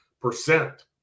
percent